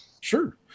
Sure